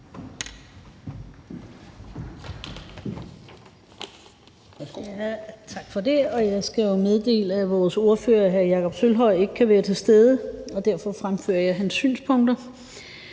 Tak for det. Jeg skal meddele, at vores ordfører på området, hr. Jakob Sølvhøj, ikke kan være til stede, og derfor fremfører jeg hans synspunkter.